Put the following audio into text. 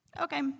Okay